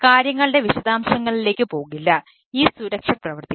കാര്യങ്ങളുടെ വിശദാംശങ്ങളിലേക്ക് പോകില്ല ഈ സുരക്ഷ പ്രവർത്തിക്കും